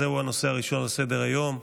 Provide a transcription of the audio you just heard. זה הנושא הראשון על סדר-היום.